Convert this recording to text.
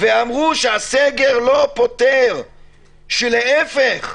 ואמרה שהסגר לא פותר אלא להפך,